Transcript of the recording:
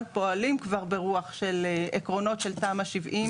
פועלים כבר ברוח של עקרונות של תמ"א 70 .